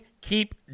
keep